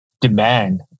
demand